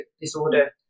disorder